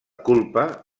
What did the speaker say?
culpa